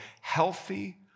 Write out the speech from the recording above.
healthy